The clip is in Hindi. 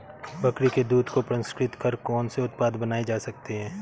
बकरी के दूध को प्रसंस्कृत कर कौन से उत्पाद बनाए जा सकते हैं?